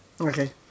Okay